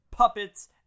Puppets